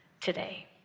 today